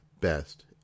best